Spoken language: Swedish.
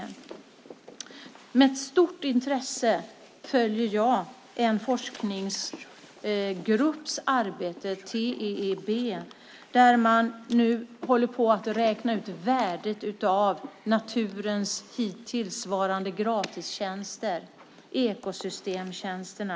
Med stort intresse följer jag arbetet i en forskningsgrupp, TEEB, där man nu håller på att räkna ut värdet av naturens hittillsvarande gratistjänster, alltså ekosystemtjänsterna.